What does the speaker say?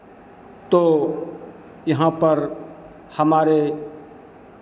तो यहाँ पर हमारे